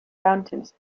fountains